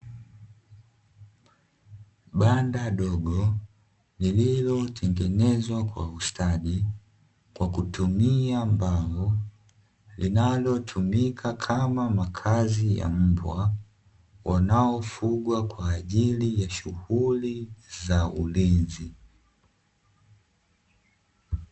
Banda dogo lililotengenezwa kwa ustadi kwa kutumia mbao, linalotumika kama makazi ya mbwa wanaofugwa kwa ajili ya shughuli za ulinzi.